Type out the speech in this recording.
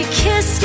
kiss